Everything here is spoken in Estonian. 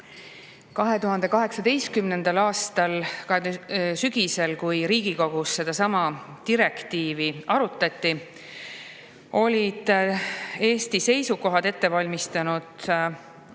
2018. aasta sügisel, kui Riigikogus sedasama direktiivi arutati, olid Eesti seisukohad ette valmistanud austatud